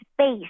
space